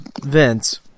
Vince